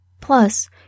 Plus